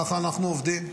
ככה אנחנו עובדים,